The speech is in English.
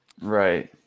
Right